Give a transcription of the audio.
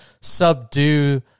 subdue